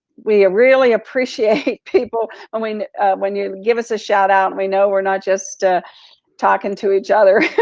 we really appreciate people. when when you give us a shout out, we know we're not just talking to each other.